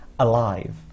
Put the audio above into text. alive